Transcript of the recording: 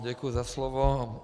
Děkuji za slovo.